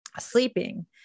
sleeping